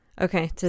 Okay